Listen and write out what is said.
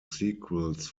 sequels